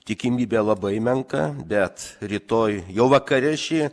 tikimybė labai menka bet rytoj jau vakare šį